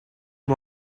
him